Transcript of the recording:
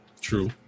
True